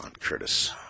Curtis